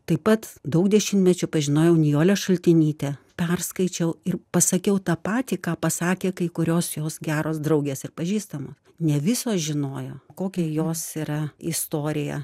taip pat daug dešimtmečių pažinojau nijolę šaltinytę perskaičiau ir pasakiau tą patį ką pasakė kai kurios jos geros draugės ir pažįstamo ne visos žinojo kokia jos yra istorija